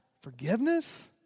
Forgiveness